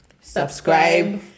subscribe